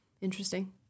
Interesting